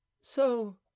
So